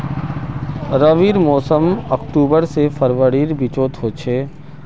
रविर मोसम अक्टूबर से फरवरीर बिचोत होचे